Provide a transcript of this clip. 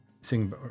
sing